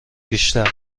بیشتر